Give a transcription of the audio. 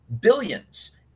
billions